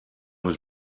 was